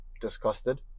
disgusted